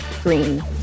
green